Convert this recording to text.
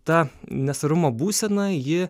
ta nesvarumo būsena ji